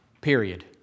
Period